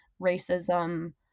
racism